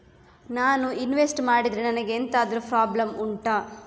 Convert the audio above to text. ನಾನು ಇನ್ವೆಸ್ಟ್ ಮಾಡಿದ್ರೆ ನನಗೆ ಎಂತಾದ್ರು ಪ್ರಾಬ್ಲಮ್ ಉಂಟಾ